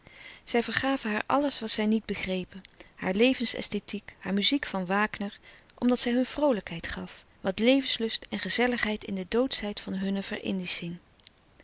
zij vergaven haar alles wat zij niet begrepen haar levens esthetiek haar muziek van wagner omdat zij hun vroolijkheid gaf wat levenslust en gezelligheid in de doodschheid van hunne